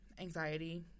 Anxiety